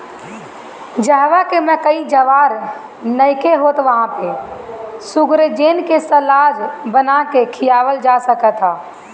जहवा पे मकई ज्वार नइखे होत वहां पे शुगरग्रेज के साल्लेज बना के खियावल जा सकत ह